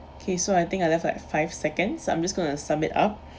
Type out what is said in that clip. okay so I think I left like five seconds I'm just going to sum it up